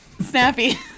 Snappy